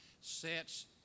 sets